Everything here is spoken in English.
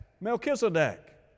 Melchizedek